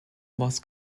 was